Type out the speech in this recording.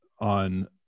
on